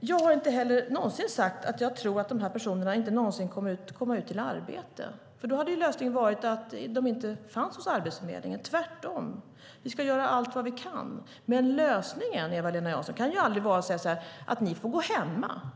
Jag har heller inte sagt att jag inte tror att dessa personer någonsin kommer att komma ut i arbete. Då hade ju lösningen varit att de inte fanns hos Arbetsförmedlingen. Tvärtom, vi ska göra allt vi kan. Men lösningen, Eva-Lena Jansson, kan aldrig vara att säga: Ni får gå hemma.